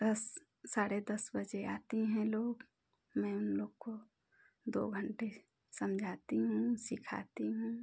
दस साढ़े दस बजे आती हैं लोग मैं उन लोग को दो घंटे समझाती हूँ सिखाती हूँ